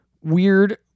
Weird